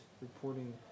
reporting